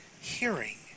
hearing